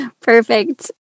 Perfect